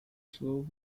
slow